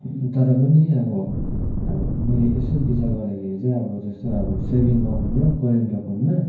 तर पनि अब अब मैले यसो विचार गर्दाखेरि चाहिँ जस्तै अब सेभिङ अकाउन्ट र करेन्ट अकाउन्टमा